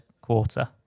quarter